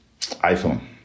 iPhone